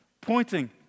pointing